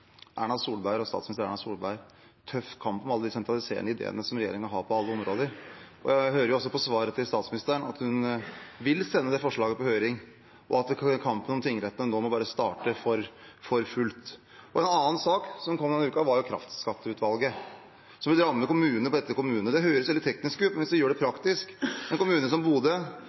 statsminister Erna Solberg tøff kamp om alle de sentraliserende ideene som regjeringen har på alle områder. Jeg hører også på svaret til statsministeren at hun vil sende forslaget på høring, og at kampen om tingrettene nå bare må starte for fullt. En annen sak som kom denne uken, gjaldt kraftskatteutvalget, som vil ramme kommune etter kommune. Det høres veldig teknisk ut, men vi kan gjøre det praktisk: En kommune som